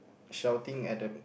shouting at the